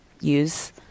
use